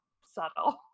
subtle